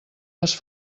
les